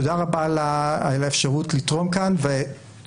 תודה רבה על האפשרות לתרום כאן ושוב,